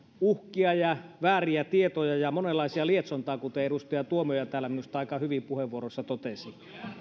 uhkia ja vääriä tietoja ja monenlaista lietsontaa kuten edustaja tuomioja täällä minusta aika hyvin puheenvuorossaan totesi